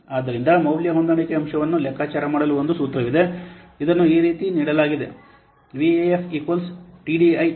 ಆದ್ದರಿಂದ ಮೌಲ್ಯ ಹೊಂದಾಣಿಕೆ ಅಂಶವನ್ನು ಲೆಕ್ಕಾಚಾರ ಮಾಡಲು ಒಂದು ಸೂತ್ರವಿದೆ ಇದನ್ನು ಈ ರೀತಿ ನೀಡಲಾಗಿದೆ ವಿಎಎಫ್ ಟಿಡಿಐ 0